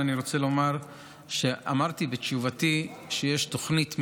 אני רוצה לומר שאמרתי בתשובתי שיש תוכנית מיידית.